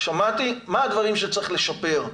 מה הדברים שצריך לשפר,